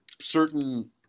certain